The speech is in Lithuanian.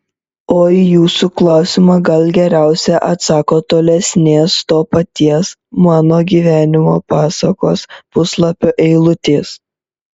o į jūsų klausimą gal geriausiai atsako tolesnės to paties mano gyvenimo pasakos puslapio eilutės